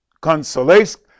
Consolation